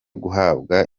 guhabwa